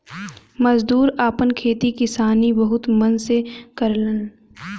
मजदूर आपन खेती किसानी बहुत मन से करलन